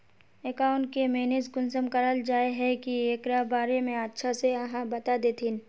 Account के manage कुंसम कराल जाय है की एकरा बारे में अच्छा से आहाँ बता देतहिन?